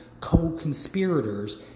co-conspirators